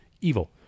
evil